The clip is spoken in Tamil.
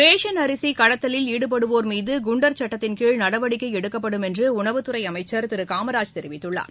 ரேஷன் அரிசி கடத்தலில் ஈடுபடுவோர் மீது குண்டர் சுட்டத்தின்கீழ் நடவடிக்கை எடுக்கப்படும் என உணவுத்துறை அமைச்சர் திரு காமராஜ் தெரிவித்துள்ளார்